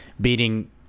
beating